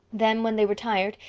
then, when they were tired,